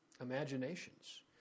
imaginations